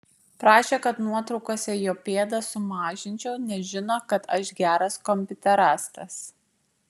prašė kad nuotraukose jo pėdas sumažinčiau nes žino kad aš geras kompiuterastas